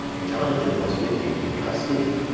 and jonathan was with him in custody.